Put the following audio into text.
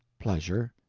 pleasure,